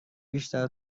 بیشتر